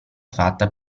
fatta